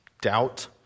doubt